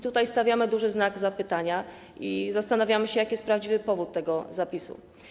Tutaj stawiamy duży znak zapytania i zastanawiamy się, jaki jest prawdziwy powód tego zapisu.